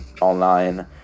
online